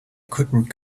couldn’t